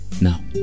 Now